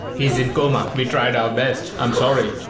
he's in coma. we tried our best. i'm sorry.